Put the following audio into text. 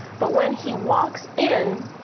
but when he walks in,